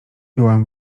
byłam